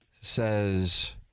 says